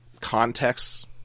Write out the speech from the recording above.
contexts